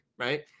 Right